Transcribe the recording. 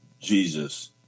Jesus